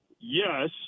yes